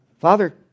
Father